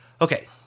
Okay